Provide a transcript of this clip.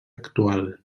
actual